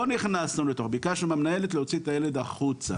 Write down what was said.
לא נכנסנו וביקשנו מהמנהלת שתוציא את הילד החוצה.